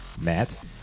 Matt